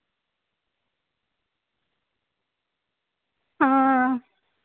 हां